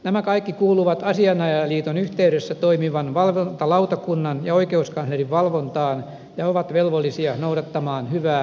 nämä kaikki kuuluvat asianajajaliiton yhteydessä toimivan valvontalautakunnan ja oikeuskanslerin valvontaan ja ovat velvollisia noudattamaan hyvää asianajajatapaa